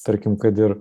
tarkim kad ir